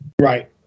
right